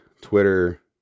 Twitter